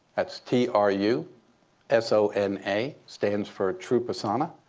that's t r u s o n a. stands for true persona.